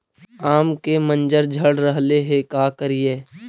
आम के मंजर झड़ रहले हे का करियै?